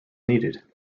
needed